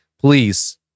please